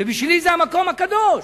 ובשבילי זה המקום הקדוש.